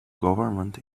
government